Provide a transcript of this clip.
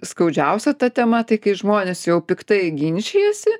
skaudžiausia ta tema tai kai žmonės jau piktai ginčijasi